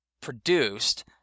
produced